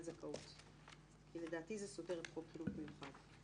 זכאות כי לדעתי זה סותר את חוק חינוך מיוחד.